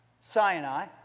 Sinai